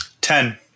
Ten